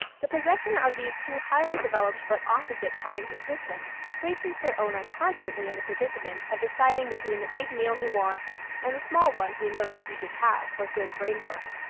the possession of these two highly developed but opposite kinds of systems places their owner constantly in the predicament of deciding between the big meal he wants and the small one he knows he should have for good brain work.